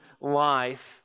life